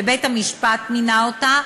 ובית-המשפט מינה אותה,